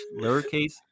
lowercase